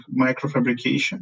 microfabrication